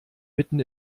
mitten